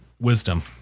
wisdom